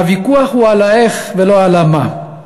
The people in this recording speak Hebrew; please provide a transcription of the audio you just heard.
הוויכוח הוא על האיך ולא על המה.